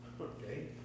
Okay